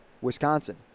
wisconsin